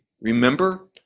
Remember